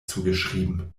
zugeschrieben